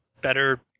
better